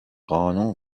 قانون